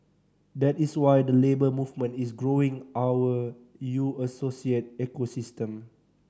that is why the Labour Movement is growing our U Associate ecosystem